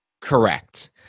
Correct